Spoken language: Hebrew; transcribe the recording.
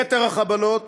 יתר החבלות